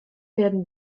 werden